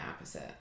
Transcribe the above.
opposite